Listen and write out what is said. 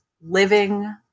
living